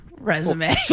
Resume